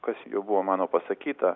kas jau buvo mano pasakyta